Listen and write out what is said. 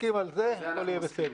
כשנסכים על זה, הכול יהיה סדר.